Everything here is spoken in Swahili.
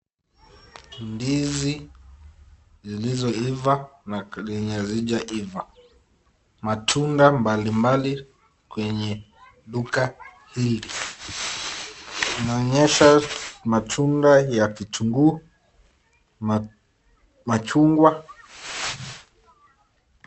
Ndizi zilizo iva na yenye hazija iva. Matunda mbalimbali kwenye duka hili. Tunaonyeshwa matunda ya kitunguu, machungwa.